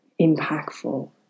impactful